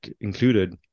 included